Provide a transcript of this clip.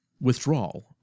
withdrawal